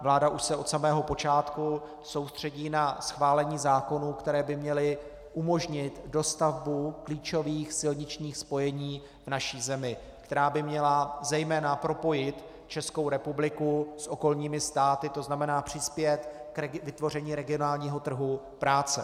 Vláda se už od samého počátku soustředí na schválení zákonů, které by měly umožnit dostavbu klíčových silničních spojení v naší zemi, která by měla zejména propojit Českou republiku s okolními státy, tzn. přispět k vytvoření regionálního trhu práce.